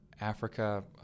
Africa